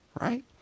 right